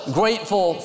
grateful